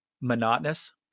monotonous